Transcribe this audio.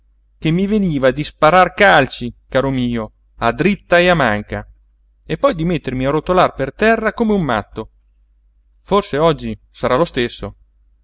che mi veniva di sparar calci caro mio a dritta e a manca e poi di mettermi a rotolar per terra come un matto forse oggi sarà lo stesso